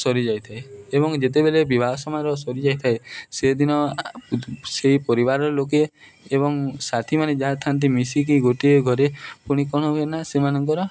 ସରିଯାଇଥାଏ ଏବଂ ଯେତେବେଲେ ବିବାହ ସମାରୋହ ସରିଯାଇଥାଏ ସେଦିନ ସେହି ପରିବାରର ଲୋକେ ଏବଂ ସାଥିମାନେ ଯାହା ଥାନ୍ତି ମିଶିକି ଗୋଟିଏ ଘରେ ପୁଣି କ'ଣ ହୁଏ ନା ସେମାନଙ୍କର